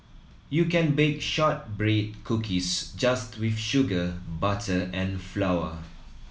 you can bake shortbread cookies just with sugar butter and flour